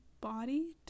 body